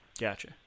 Gotcha